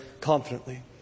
confidently